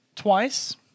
Twice